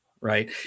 right